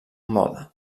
mode